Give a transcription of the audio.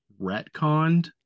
retconned